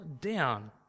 down